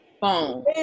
phone